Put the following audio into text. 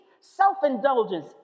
self-indulgence